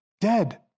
dead